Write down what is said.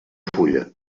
fulla